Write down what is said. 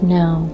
now